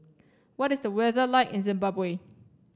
what is the weather like in Zimbabwe